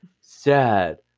sad